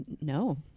no